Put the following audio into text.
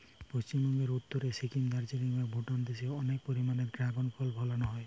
পশ্চিমবঙ্গের উত্তরে সিকিম, দার্জিলিং বা ভুটান দেশে অনেক পরিমাণে দ্রাগন ফল ফলানা হয়